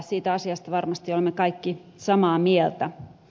siitä asiasta varmasti olemme kaikki samaa mieltä